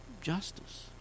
Justice